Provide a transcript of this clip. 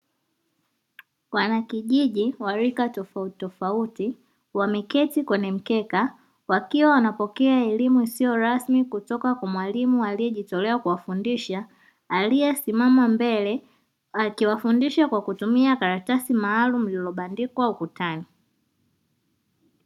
Wanakijiji wa rika tofautitofauti wameketi kwenye mkeka wakiwa wanapokea elimu isiyo rasmi kutoka kwa mwalimu aliyejitolea kuwafundisha aliyesimama mbele akiwafundisha kwa kutumia karatasi maalumu lililobandikwa ukutani.